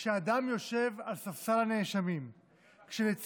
שבה אדם יושב על ספסל הנאשמים כשלצידו